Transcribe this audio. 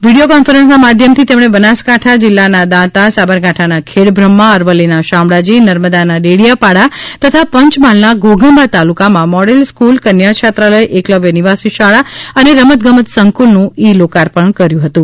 video કોન્ફરન્સના માધ્યમથી તેમણે બનાસકાંઠા જિલ્લાના દાંતા સાબરકાંઠાના ખેડબ્રમ્હા અરવલ્લીના શામળાજીનર્મદાના ડેડિયાપાડા તથા પંચમહાલના ઘોઘંબા તાલુકામાં મોડેલ સ્કુલ કન્યા છાત્રાલય એકલવ્ય નિવાસી શાળા અને રમતગમત સંકુલનું ઇ લોકાર્પણ કર્યું હતું